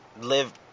live